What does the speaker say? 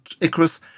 Icarus